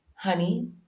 Honey